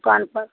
दुकान पर